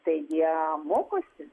tai jie mokosi